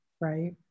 right